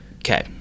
Okay